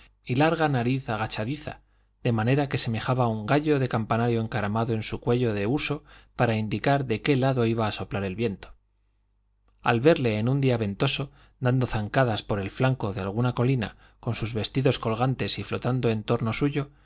y larga nariz agachadiza de manera que semejaba un gallo de campanario encaramado en su cuello de huso para indicar de qué lado iba a soplar el viento al verle en un día ventoso dando zancadas por el flanco de alguna colina con sus vestidos colgantes y flotando en torno suyo